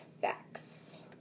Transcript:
facts